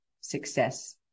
success